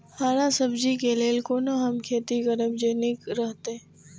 हरा सब्जी के लेल कोना हम खेती करब जे नीक रहैत?